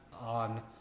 on